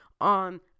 on